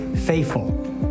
faithful